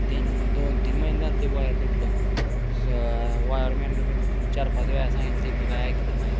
तीन दोन तीन महिने झालं ती वायर तुटली आहे वायरमेननं बी चारपाच वेळा सांगितलं त्यानं काही ऐकलं नाही